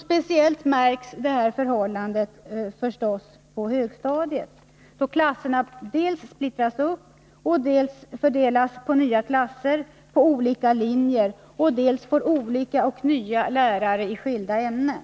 Speciellt märks det förhållandet förstås på högstadiet, då klasserna dels splittras upp och fördelas på nya klasser och på olika linjer, dels får olika och nya lärare i de skilda ämnena.